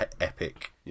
Epic